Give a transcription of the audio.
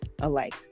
alike